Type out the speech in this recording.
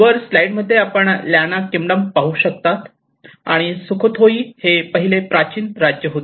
वर स्लाईड मध्ये आपण लॅना किंगडम पाहू शकता आणि सुखोथाई हे पहिले प्राचीन राज्य होते